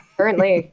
Currently